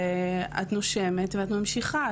ואת נושמת ואת ממשיכה.